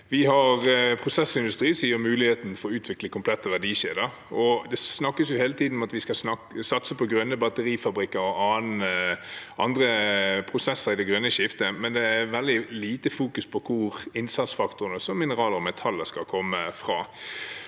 prosessindustri som gir mulighet for å utvikle komplette verdikjeder. Det snakkes hele tiden om at vi skal satse på grønne batterifabrikker og andre prosesser i det grønne skiftet, men det er veldig lite fokus på hvor innsatsfaktorene som mineraler og metaller skal komme fra.